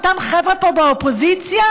אותם חבר'ה פה באופוזיציה,